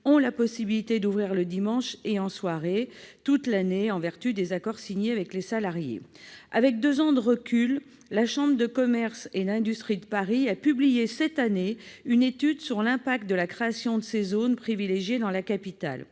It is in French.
ont la possibilité d'ouvrir le dimanche et en soirée toute l'année, en vertu d'accords signés avec les salariés. Avec deux ans de recul, la chambre de commerce et d'industrie de Paris a publié, cette année, une étude sur l'impact de la création de ces zones privilégiées dans la capitale.